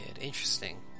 Interesting